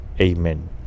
amen